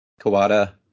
Kawada